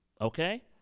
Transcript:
okay